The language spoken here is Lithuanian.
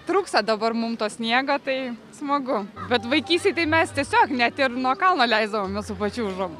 trūksta dabar mum to sniego tai smagu bet vaikystėj tai mes tiesiog net ir nuo kalno leisdavomės su pačiūžom